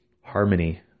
harmony